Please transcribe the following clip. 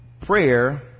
Prayer